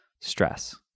stress